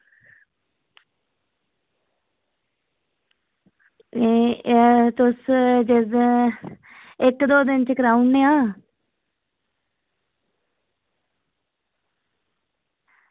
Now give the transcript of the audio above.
ते तुस जिस दो दिन च कराई ओड़ने आं